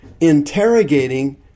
interrogating